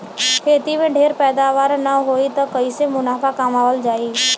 खेती में ढेर पैदावार न होई त कईसे मुनाफा कमावल जाई